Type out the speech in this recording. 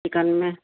chicken میں